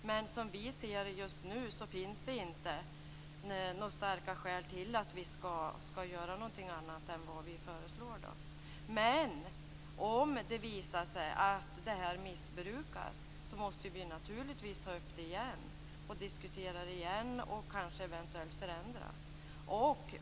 Men som vi ser det just nu så finns det inte några starka skäl till att vi skall göra något annat än det som vi föreslår. Men om det visar sig att detta missbrukas måste vi naturligtvis ta upp det och diskutera det igen och eventuellt göra en förändring.